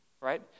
Right